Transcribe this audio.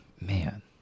man